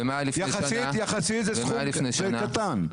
יחסית זה סכום קטן.